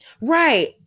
Right